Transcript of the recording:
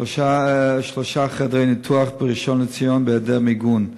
שלושה חדרי ניתוח בראשון-לציון בהיעדר מיגון,